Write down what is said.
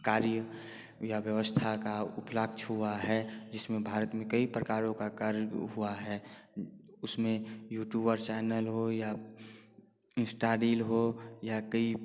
कार्य या व्यवस्था का उपलब्ध हुआ है जिसमें भारत में कई प्रकारों का कार्य हुआ है उसमें यूट्यूबर चैनल हो या इंस्टा रील हो या कई